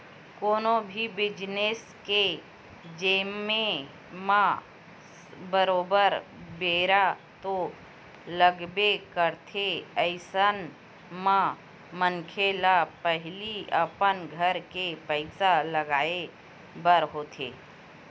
कोनो भी बिजनेस के जमें म बरोबर बेरा तो लगबे करथे अइसन म मनखे ल पहिली अपन घर के पइसा लगाय बर होथे